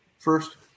first